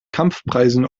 kampfpreisen